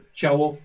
ciało